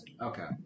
Okay